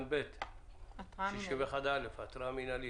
התראה מינהלית61א.